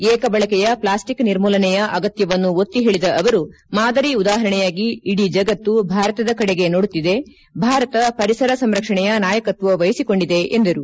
ಏಕಬಳಕೆಯ plastic ನಿರ್ಮೂಲನೆಯ ಅಗತ್ಯವನ್ನು ಒತ್ತಿ ಹೇಳಿದ ಅವರು ಮಾದರಿ ಉದಾಹರಣೆಯಾಗಿ ಇಡೀ ಜಗತ್ತು ಭಾರತದ ಕಡೆಗೆ ನೋಡುತ್ತಿದೆ ಭಾರತ ಪರಿಸರ ಸಂರಕ್ಷಣೆಯ ನಾಯಕತ್ವ ವಹಿಸಿಕೊಂಡಿದೆ ಎಂದರು